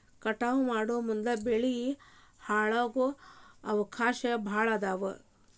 ಕಟಾವ ಮಾಡುಮುಂದ ಬೆಳಿ ಹಾಳಾಗು ಅವಕಾಶಾ ಭಾಳ ಅದಾವ